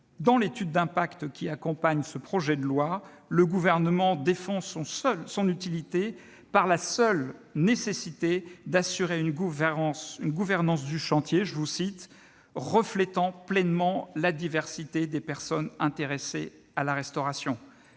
dans l'étude d'impact qui accompagne ce projet de loi, le Gouvernement défend son utilité par la seule nécessité d'assurer une gouvernance du chantier « reflétant pleinement la diversité des personnes intéressées à la restauration ».